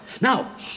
Now